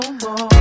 more